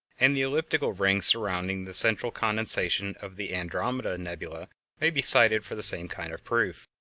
and the elliptical rings surrounding the central condensation of the andromeda nebula may be cited for the same kind of proof.